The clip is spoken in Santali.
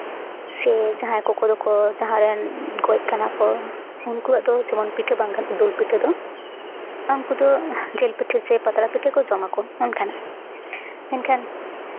ᱥᱮ ᱡᱟᱦᱟᱸᱭ ᱠᱚᱠᱚ ᱫᱚᱠᱚ ᱡᱟᱦᱟᱸᱭ ᱨᱮᱱ ᱜᱚᱡ ᱠᱟᱱᱟ ᱠᱚ ᱩᱱᱠᱩᱣᱟᱜ ᱫᱚ ᱡᱮᱢᱚᱱ ᱯᱤᱴᱷᱟᱹ ᱵᱟᱝ ᱜᱟᱱᱚᱜᱼᱟ ᱫᱩᱞ ᱯᱤᱴᱷᱟᱹ ᱫᱚ ᱩᱱᱠᱩ ᱫᱚ ᱡᱤᱞ ᱯᱤᱴᱷᱟᱹ ᱥᱮ ᱯᱟᱛᱲᱟ ᱯᱤᱴᱷᱟᱹ ᱠᱚ ᱡᱚᱢᱟ ᱠᱚ ᱢᱮᱱᱠᱷᱟᱱ ᱢᱮᱱᱠᱷᱟᱱ